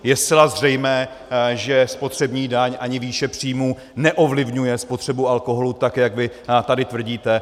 Je zcela zřejmé, že spotřební daň ani výše příjmů neovlivňuje spotřebu alkoholu tak, jak vy nám tady tvrdíte.